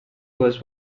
was